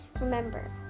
Remember